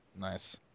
Nice